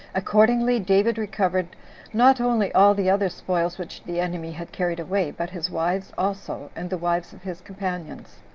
accordingly david recovered not only all the other spoils which the enemy had carried away, but his wives also, and the wives of his companions.